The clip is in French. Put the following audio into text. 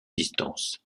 distance